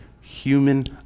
human